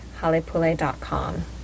halepule.com